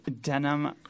denim